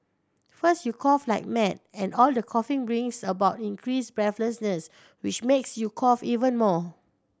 first you cough like mad and all the coughing brings about increased breathlessness which makes you cough even more